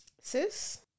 sis